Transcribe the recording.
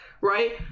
right